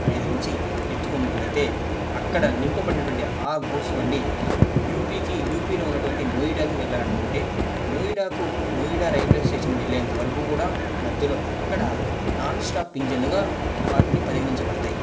ఆనే నుంచి ఎత్తుకున్నట్లైతే అక్కడ నింపబడినటువంటి ఆ గ్రూప్స్ బండి యూపికి యూపీలో ఉన్నటువంటి నోయిడాకు వెళ్లాలనుకుంటే నోయిడాకు నోయిడా రైల్వే స్టేషన్కు వెళ్ళెంతవరకు కూడా మధ్యలో ఎక్కడ ఆగదు నాన్ స్టాప్ ఇంజెన్లుగా వాటిని పరిగణించబడతాయి